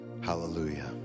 Hallelujah